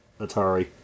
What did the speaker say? Atari